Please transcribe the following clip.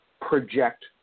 project